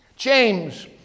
James